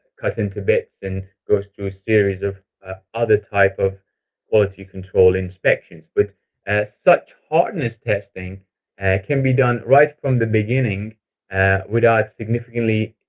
cut into bits then and goes through a series of ah other types of quality control inspections. but as such hardness testing can be done right from the beginning without significantly